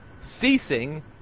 ceasing